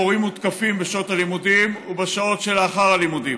מורים מותקפים בשעות הלימודים ובשעות שלאחר הלימודים,